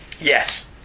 Yes